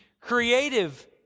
creative